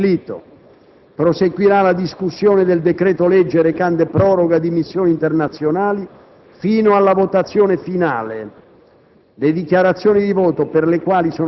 Oggi pomeriggio, come già stabilito, proseguirà la discussione del decreto-legge recante proroga di missioni internazionali, fino alla votazione finale.